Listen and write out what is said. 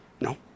No